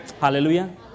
Hallelujah